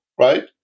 right